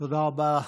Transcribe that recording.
תודה רבה לך.